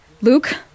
Luke